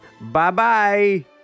Bye-bye